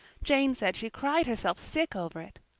jane said she cried herself sick over it.